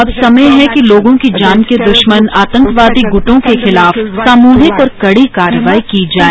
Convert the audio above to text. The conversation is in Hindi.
अब समय है कि लोगों की जान के दृश्मन आतंकवादी गृटों के खिलाफ सामूहिक और कड़ी कार्रवाई की जाए